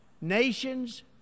nations